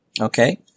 Okay